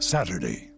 Saturday